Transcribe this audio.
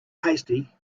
hasty